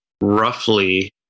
roughly